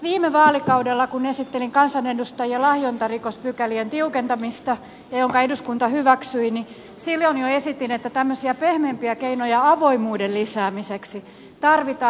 viime vaalikaudella kun esittelin kansanedustajien lahjontarikospykälien tiukentamista minkä eduskunta hyväksyi jo esitin että tämmöisiä pehmeämpiä keinoja avoimuuden lisäämiseksi tarvitaan